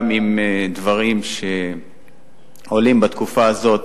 גם אם דברים שעולים בתקופה הזאת,